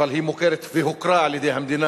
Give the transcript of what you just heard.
אבל היא מוכרת והוכרה על-ידי המדינה,